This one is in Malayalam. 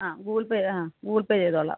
ആ ഗൂഗിൾ പേ ആ ഗൂഗിൾ പേ ചെയ്തോളാം